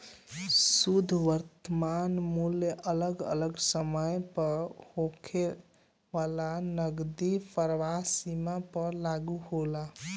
शुद्ध वर्तमान मूल्य अगल अलग समय पअ होखे वाला नगदी प्रवाह सीमा पअ लागू होला